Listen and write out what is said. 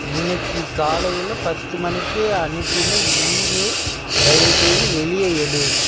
இன்னிக்கி காலையில் பத்து மணிக்கு அனுப்பின ஈமெயில் தயவுசெய்து வெளியே எடு